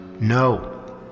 no